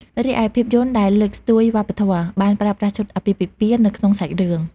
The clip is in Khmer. រីឯភាពយន្តដែលលើកស្ទួយវប្បធម៌ បានប្រើប្រាស់ឈុតអាពាហ៍ពិពាហ៍នៅក្នុងសាច់រឿង។